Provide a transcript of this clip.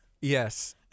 yes